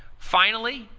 finally,